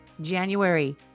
January